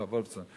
לא, וולפסון.